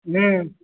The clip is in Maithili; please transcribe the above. हँ